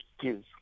kids